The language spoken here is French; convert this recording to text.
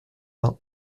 vingt